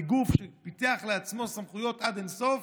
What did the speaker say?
גוף שפיתח לעצמו סמכויות עד אין-סוף,